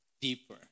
deeper